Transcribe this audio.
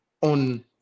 on